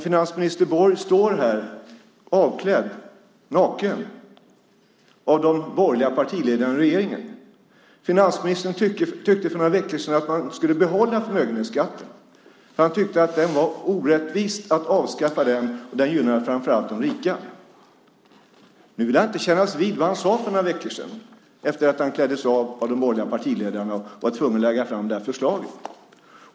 Finansminister Borg står här naken, avklädd av de borgerliga partiledarna och regeringen. Finansministern tyckte för några veckor sedan att man skulle behålla förmögenhetsskatten. Han tyckte att det var orättvist att avskaffa den och att det framför allt gynnar de rika. Nu vill han inte kännas vid vad han sade för några veckor sedan efter det att han kläddes av av de borgerliga partiledarna och var tvungen att lägga fram det här förslaget.